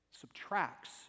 subtracts